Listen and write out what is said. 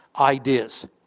ideas